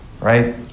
right